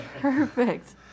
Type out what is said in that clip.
Perfect